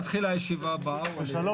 הישיבה ננעלה בשעה